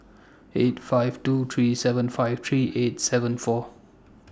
eight five two three seven five three eight seven four